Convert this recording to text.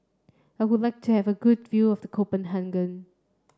I would like to have a good view of the Copenhagen